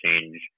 change